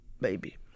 baby